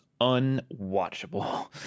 unwatchable